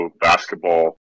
basketball